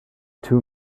two